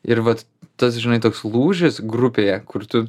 ir vat tas žinai toks lūžis grupėje kur tu